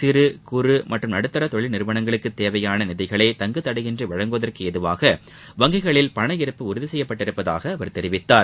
சிறு குறு மற்றும் நடுத்தர தொழில் நிறுவனங்களுக்குத் தேவையான நிதிகளை தங்குதடையின்றி வழங்குவதற்கு ஏதுவாக வங்கிகளில் பண இருப்பு உறுதி செய்யப்பட்டுள்ளதாக அவர் தெரிவித்தார்